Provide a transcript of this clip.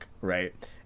right